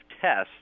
tests